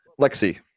Lexi